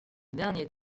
dernier